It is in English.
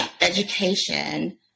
Education